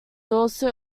also